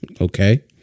okay